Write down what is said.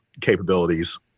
capabilities